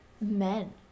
men